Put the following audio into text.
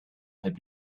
had